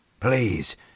Please